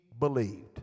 believed